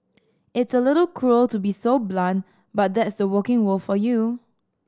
it's a little cruel to be so blunt but that's the working world for you